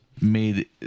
made